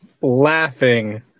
laughing